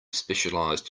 specialized